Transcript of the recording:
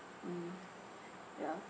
mm ya